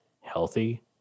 healthy